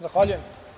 Zahvaljujem.